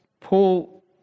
Paul